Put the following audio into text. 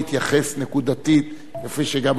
כפי שגם השר הרצוג היה עושה,